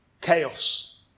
Chaos